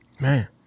Man